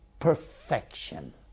perfection